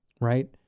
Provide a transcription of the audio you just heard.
right